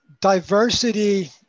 diversity